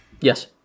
Yes